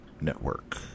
network